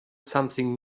something